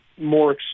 more